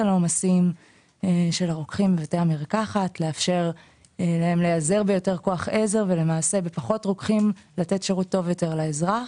רוצים לאפשר להם להיעזר ביותר כוח עזר על מנת לתת שירות טוב יותר לאזרח.